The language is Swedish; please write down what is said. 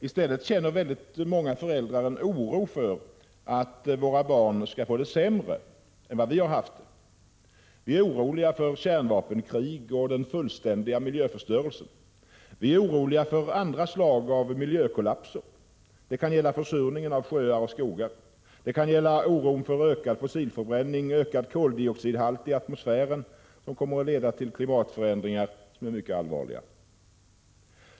I stället känner väldigt många föräldrar en oro för att våra barn skall få det sämre än vad vi har haft det. Vi är oroliga för kärnvapenkrig och den fullständiga miljöförstörelsen. Vi är oroliga för andra slag av miljökollapser. Det kan gälla försurningen av sjöar och skogar. Det kan gälla oron för att ökad fossilförbränning och ökad koldioxidhalt i atmosfären kommer att leda till klimatförändringar som är mycket allvarliga.